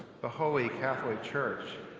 the holy catholic church,